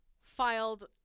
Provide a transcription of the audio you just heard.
filed